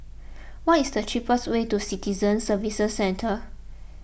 what is the cheapest way to Citizen Services Centre